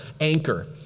anchor